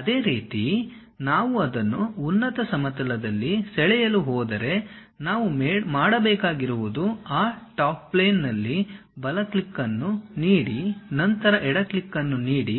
ಅದೇ ರೀತಿ ನಾವು ಅದನ್ನು ಉನ್ನತ ಸಮತಲದಲ್ಲಿ ಸೆಳೆಯಲು ಹೋದರೆ ನಾವು ಮಾಡಬೇಕಾಗಿರುವುದು ಆ ಟಾಪ್ ಪ್ಲೇನ್ ನಲ್ಲಿ ಬಲ ಕ್ಲಿಕ್ ಅನ್ನು ನೀಡಿ ನಂತರ ಎಡ ಕ್ಲಿಕ್ ಅನ್ನು ನೀಡಿ